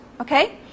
Okay